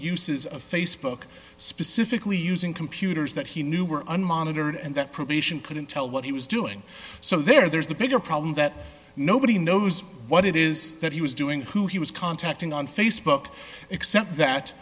uses of facebook specifically using computers that he knew were unmonitored and that probation couldn't tell what he was doing so there's the bigger problem that nobody knows what it is that he was doing who he was contacting on facebook except that